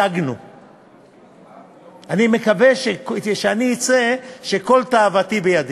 התשע"ה 2015. יציג את הצעת החוק יושב-ראש ועדת החוקה,